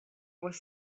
was